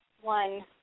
one